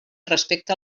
respecte